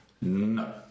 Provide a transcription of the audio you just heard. No